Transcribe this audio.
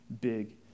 big